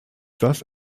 das